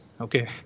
Okay